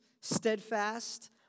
steadfast